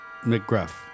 McGruff